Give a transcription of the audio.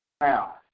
now